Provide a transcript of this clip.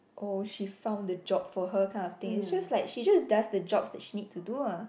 oh she found the job for her kind of thing it's just like she just does the jobs that she needs to do lah